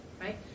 right